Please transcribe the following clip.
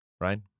Right